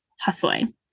hustling